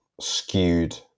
skewed